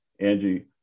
Angie